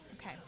Okay